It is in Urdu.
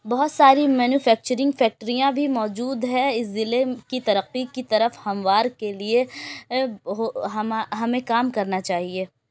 بہت ساری مینوفیکچرنگ فیکٹریاں بھی موجود ہے اِس ضلع کی ترقی کی طرف ہموار کے لیے ہمیں کام کرنا چاہیے